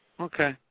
Okay